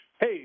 Hey